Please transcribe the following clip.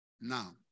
now